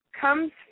comes